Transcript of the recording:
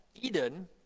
Eden